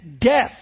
death